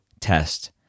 test